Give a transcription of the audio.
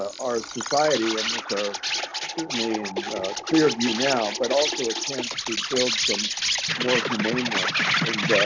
our society and which are certainly in clear view now, but also a chance to build some more humane ones. and